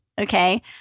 Okay